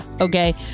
Okay